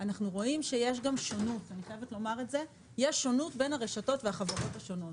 אנחנו רואים שיש גם שונות בין הרשתות והחברות השונות.